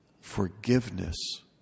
Forgiveness